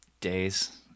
days